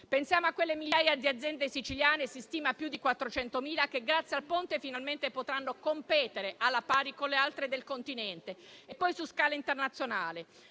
Pensiamo a quelle migliaia di aziende siciliane - si stima siano più di 400.000 - che, grazie al Ponte, finalmente potranno competere alla pari con le altre del continente e poi su scala internazionale.